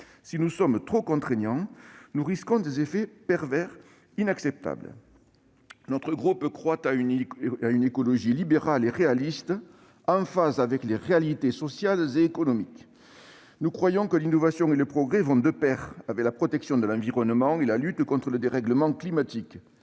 À être trop contraignants, nous risquons des effets pervers inacceptables. Notre groupe croit à une écologie libérale et réaliste, en phase avec les réalités sociales et économiques. Nous croyons que l'innovation et le progrès vont de pair avec la protection de l'environnement et la lutte contre le dérèglement climatique.